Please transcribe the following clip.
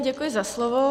Děkuji za slovo.